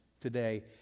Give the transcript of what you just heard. today